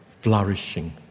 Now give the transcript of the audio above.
flourishing